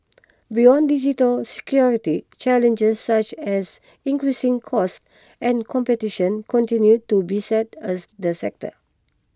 beyond digital security challenges such as increasing costs and competition continue to beset a the sector